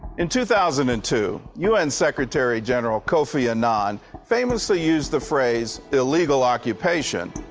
in two thousand and two, u n. secretary-general kofi annan famously used the phrase illegal occupation,